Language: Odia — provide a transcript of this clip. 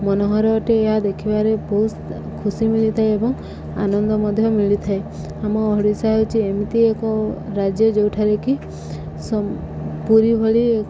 ମନୋହର ଅଟେ ଏହା ଦେଖିବାରେ ବହୁତ ଖୁସି ମିିଳିଥାଏ ଏବଂ ଆନନ୍ଦ ମଧ୍ୟ ମିଳିଥାଏ ଆମ ଓଡ଼ିଶା ହେଉଛି ଏମିତି ଏକ ରାଜ୍ୟ ଯେଉଁଠାରେ କିି ପୁରୀ ଭଳି